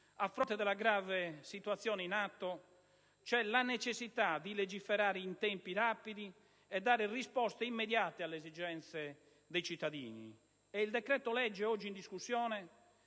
A fronte della grave situazione in atto c'è la necessità di legiferare in tempi rapidi e dare risposte immediate alle esigenze dei cittadini. Il decreto-legge oggi in discussione,